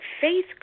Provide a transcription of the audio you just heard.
faith